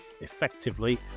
effectively